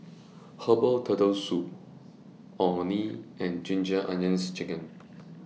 Herbal Turtle Soup Orh Nee and Ginger Onions Chicken